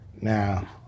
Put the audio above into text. Now